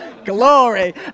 glory